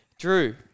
Drew